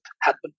happen